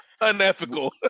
unethical